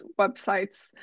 websites